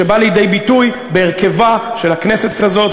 שבא לידי ביטוי בהרכבה של הכנסת הזאת,